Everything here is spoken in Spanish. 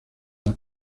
las